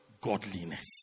godliness